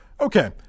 okay